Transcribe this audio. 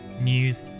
news